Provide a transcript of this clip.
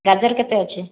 ଗାଜର କେତେ ଅଛି